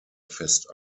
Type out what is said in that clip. fest